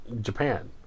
Japan